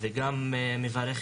הם פועלים